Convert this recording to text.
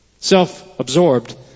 Self-absorbed